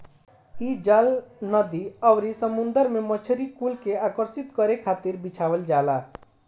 इ जाल नदी अउरी समुंदर में मछरी कुल के आकर्षित करे खातिर बिछावल जाला